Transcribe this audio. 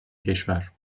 کشور